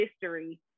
history